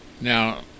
Now